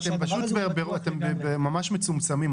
אתם ממש מצומצמים,